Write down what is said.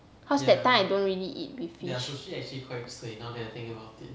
cause that time I don't really eat with fish